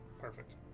Perfect